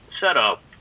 setup